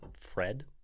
Fred